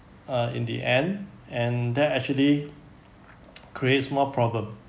uh in the end and that actually creates more problem